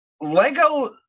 Lego